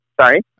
sorry